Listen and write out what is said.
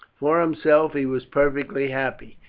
for himself he was perfectly happy.